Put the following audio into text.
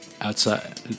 Outside